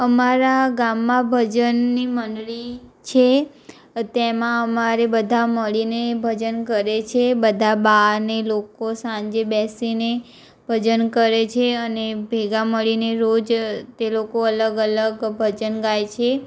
અમારા ગામમાં ભજનની મંડળી છે તેમાં અમારે બધા મળીને ભજન કરે છે બધા બાને લોકો સાંજે બેસીને ભજન કરે છે અને ભેગા મળીને રોજ તે લોકો અલગ અલગ ભજન ગાય છે